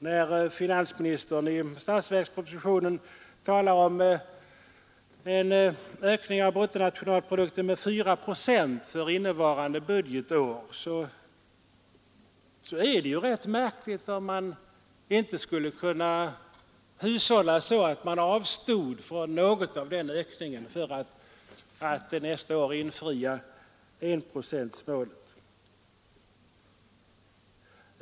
Då finansministern i statsverkspropositionen talar om en ökning av bruttonationalprodukten med 4 procent för innevarande budgetår vore det ju rätt märkligt om man inte skulle kunna hushålla så att man avstod från något av den ökningen för att nästa år infria enprocentsmålet.